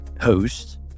host